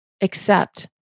accept